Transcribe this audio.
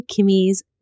Kimmy's